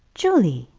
julie!